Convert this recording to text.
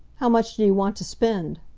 how much do you want to spend?